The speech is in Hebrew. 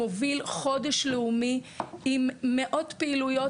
מוביל חודש לאומי עם מאות פעילויות